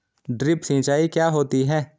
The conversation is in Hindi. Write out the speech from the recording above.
ड्रिप सिंचाई क्या होती हैं?